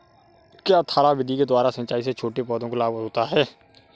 क्या थाला विधि के द्वारा सिंचाई से छोटे पौधों को लाभ होता है?